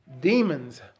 demons